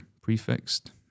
prefixed